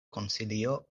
konsilio